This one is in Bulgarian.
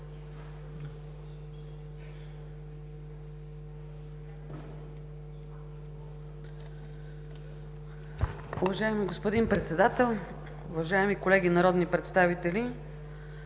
Уважаеми господин Председател, уважаеми колеги народни представители!